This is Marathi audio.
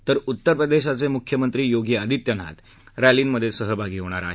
तर उत्तर प्रदेशाचे मुख्यमंत्री योगी आदित्यनाथ रॅलींमध्ये सहभागी होणार आहेत